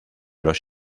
los